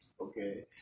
Okay